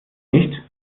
nicht